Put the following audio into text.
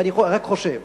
ואני רק חושב